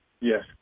Yes